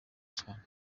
cyane